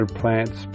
plants